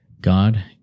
God